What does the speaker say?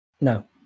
No